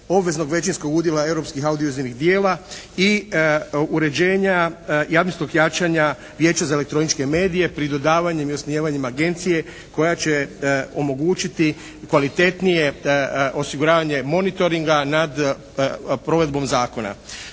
obveznog većinskog udjela europskih audiovizuelnih djela i uređenja …/Govornik se ne razumije./… jačanja Vijeća za elektroničke medije pri dodavanjima i osnivanjima agencije koja će omogućiti kvalitetnije osiguravanje monitoringa nad provedbom zakona.